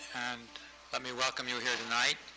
and let me welcome you here tonight.